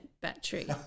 battery